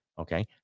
okay